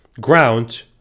Ground